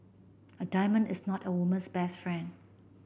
a diamond is not a woman's best friend